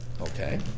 Okay